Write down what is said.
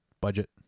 budget